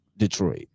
Detroit